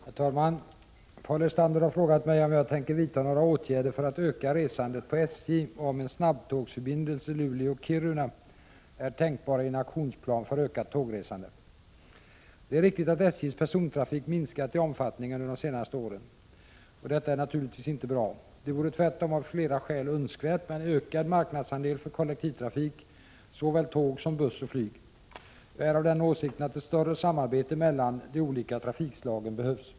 Herr talman! Paul Lestander har frågat mig om jag tänker vidta några åtgärder för att öka resandet på SJ och om en snabbtågsförbindelse Luleå-Kiruna är tänkbar i en aktionsplan för ökat tågresande. Det är riktigt att SJ:s persontrafik minskat i omfattning under de senaste åren. Detta är naturligtvis inte bra. Det vore tvärtom av flera skäl önskvärt med en ökad marknadsandel för kollektivtrafik, såväl tåg som buss och flyg. Jag är av den åsikten att ett större samarbete mellan de olika trafikslagen behövs.